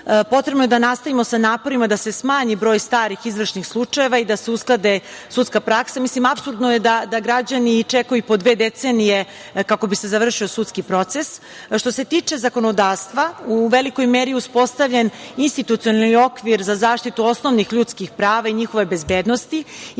Potrebno je da nastavimo sa naporima da se smanji broj starih izvršnih slučajeva i da se usklade sudska praksa. Mislim, apsurdno je da građani čekaju i po dve decenije kako bi se završio sudski proces. Što se tiče zakonodavstva, u velikoj meri uspostavljen je institucionalni okvir za zaštitu osnovnih ljudskih prava i njihove bezbednosti i na